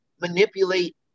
manipulate